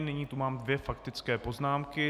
Nyní tu mám dvě faktické poznámky.